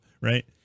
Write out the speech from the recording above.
right